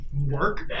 work